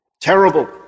terrible